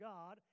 God